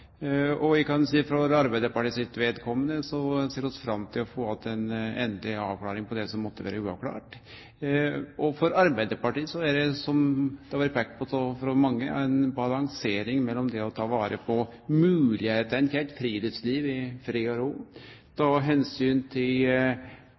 kan seie at for Arbeidarpartiet sitt vedkomande ser vi fram til å få ei endeleg avklaring på det som måtte vere uavklart. For Arbeidarpartiet er det – som det har vore peikt på av mange – ei balansering mellom det å ta vare på moglegheita til eit friluftsliv i fred og ro